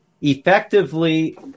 effectively